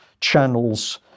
channels